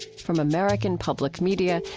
from american public media,